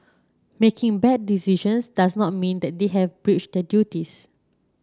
making bad decisions does not mean that they have breached their duties